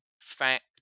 fact